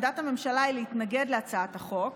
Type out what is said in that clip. עמדת הממשלה היא להתנגד להצעת החוק,